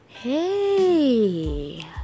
Hey